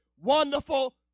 wonderful